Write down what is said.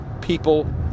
people